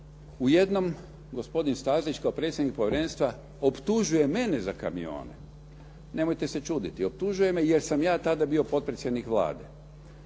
U jednom gospodin Stazić kao predsjednik povjerenstva optužuje mene za kamione. Nemojte se čuditi. Optužuje me jer sam ja tada bio potpredsjednik Vlade.